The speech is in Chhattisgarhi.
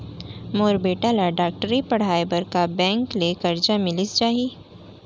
मोर बेटा ल डॉक्टरी पढ़ाये बर का बैंक ले करजा मिलिस जाही?